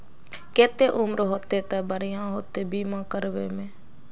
केते उम्र होते ते बढ़िया होते बीमा करबे में?